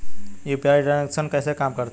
UPI transaction कैसे काम करता है?